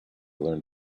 learned